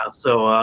um so. um